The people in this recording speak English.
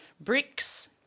bricks